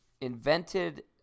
invented